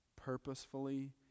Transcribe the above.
purposefully